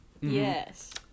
Yes